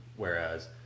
Whereas